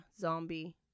Zombie